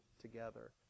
together